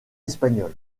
espagnol